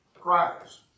Christ